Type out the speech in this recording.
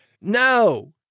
no